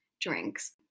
drinks